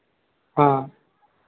हाँ